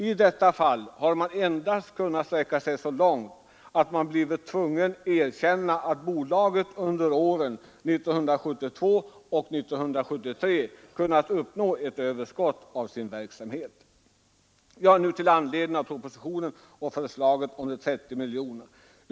I detta fall har man endast kunnat sträcka sig så långt att man blivit tvungen erkänna att bolaget under åren 1972 och 1973 kunnat uppnå ett överskott i sin verksamhet. Så några ord om anledningen till propositionens förslag om de 30 miljonerna.